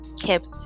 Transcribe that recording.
kept